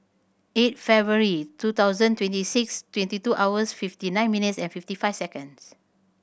eight February two thousand twenty six twenty two hours fifty nine minutes and fifty five seconds